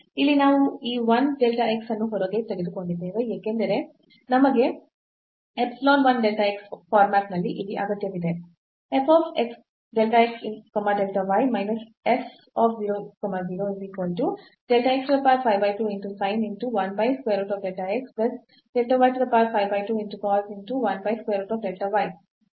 ಇಲ್ಲಿ ನಾವು ಈ 1 delta x ಅನ್ನು ಹೊರಗೆ ತೆಗೆದುಕೊಂಡಿದ್ದೇವೆ ಏಕೆಂದರೆ ನಮಗೆ epsilon 1 delta x ಫಾರ್ಮ್ಯಾಟ್ ಇಲ್ಲಿ ಅಗತ್ಯವಿದೆ